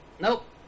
Nope